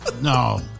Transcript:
no